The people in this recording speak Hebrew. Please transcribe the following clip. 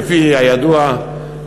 כפי הידוע,